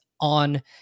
On